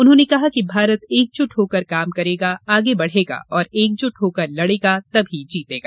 उन्होंने कहा कि भारत एकजुट होकर काम करेगा आगे बढ़ेगा और एकजुट होकर लड़ेगा तभी जीतेगा